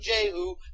Jehu